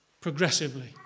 progressively